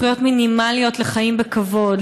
זכויות מינימליות לחיים בכבוד,